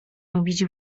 robić